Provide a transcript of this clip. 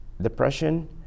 Depression